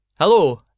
Hello